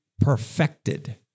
perfected